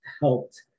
helped